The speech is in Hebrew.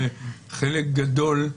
חלק גדול,